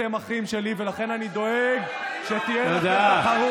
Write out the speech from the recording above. אתם אחים שלי, ולכן אני דואג שתהיה לכם תחרות.